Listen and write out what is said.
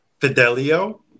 Fidelio